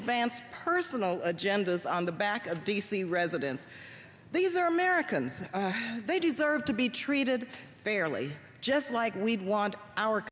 advance personal agendas on the back of d c residents these are american and they deserve to be treated fairly just like we'd want our